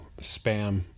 spam